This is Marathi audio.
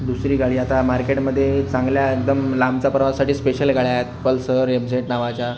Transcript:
दुसरी गाडी आता मार्केटमध्ये चांगल्या एकदम लांबच्या प्रवाससाठी स्पेशल गाड्या आहेत पल्सर एफ झेड नावाच्या